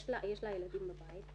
יש לה ילדים בבית.